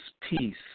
peace